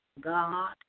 God